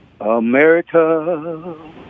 America